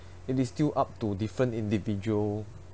it is still up to different individual